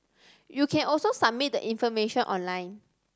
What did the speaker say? you can also submit the information online